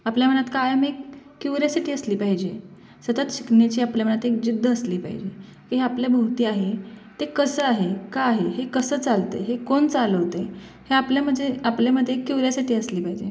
आपल्या मनात कायम एक क्युऱ्यासिटी असली पाहिजे सतत शिकण्याची आपल्या मनात एक जिद्द असली पाहिजे तर हे आपली भवती आहे ते कसं आहे का आहे हे कसं चालतं हे कोण चालवत आहे हे आपल्या म्हणजे आपल्यामध्ये क्युऱ्यासीटी असली पाहिजे